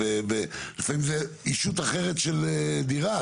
ולפעמים זה ישות אחרת של דירה.